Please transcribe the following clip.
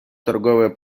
торговые